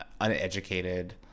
uneducated